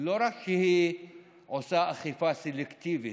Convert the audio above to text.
לא רק שהיא עושה אכיפה סלקטיבית,